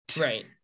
Right